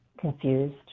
confused